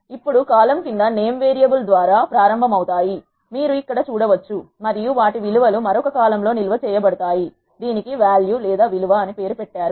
ఇప్పుడు కాలమ్ క్రింద name variable ద్వారా ప్రారంభమవుతాయి మీరు ఇక్కడ చూడవచ్చు మరియు వాటి విలువ లు మరొక కాలమ్ లో నిల్వ చేయబడతాయి దీనికి వాల్యూ లేదా విలువ అని పేరు పెట్టారు